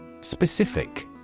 Specific